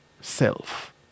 self